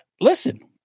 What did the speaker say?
listen